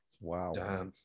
Wow